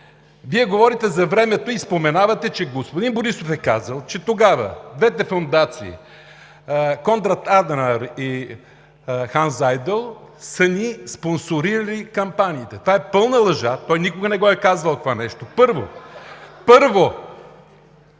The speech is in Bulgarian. Вие говорите за времето и споменавате, че господин Борисов е казал, че тогава двете фондации „Конрад Аденауер“ и „Ханс Зайдел“ са ни спонсорирали кампаниите. Това е пълна лъжа – той никога не е казвал това нещо! Първо… (Силен